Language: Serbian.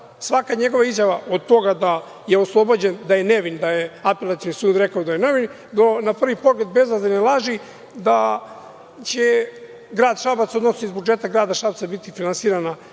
svaka njegova izjava od toga da je oslobođen, da je nevin, da je apelacioni sud rekao da je nevin, do na prvi pogled bezazlene laži da će grad Šabac, odnosno iz budžeta grada Šapca biti finansirana